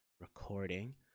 recording